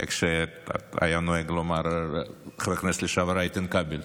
איך שהיה נוהג לומר חבר הכנסת לשעבר איתן כבל.